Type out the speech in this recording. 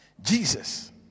Jesus